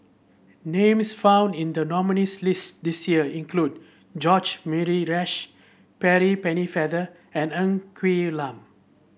names found in the nominees' list this year include George Murray Reith Percy Pennefather and Ng Quee Lam